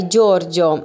Giorgio